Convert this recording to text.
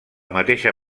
mateixa